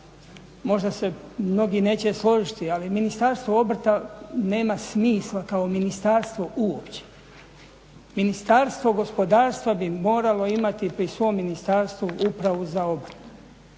možda se mnogi neće složiti no Ministarstvo obrta nema smisla kao ministarstvo uopće. Ministarstvo gospodarstva bi moralo imati pri svom ministarstvu upravu za obrt.